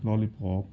lolly pop